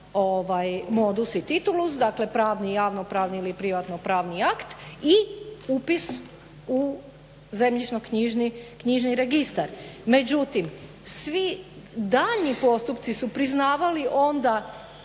modus i titulus, dakle pravni i javnopravni ili privatnopravni akt i upis u zemljišno-knjižni registar. Međutim, svi daljnji postupci su priznavali onda